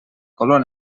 color